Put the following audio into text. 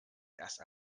erst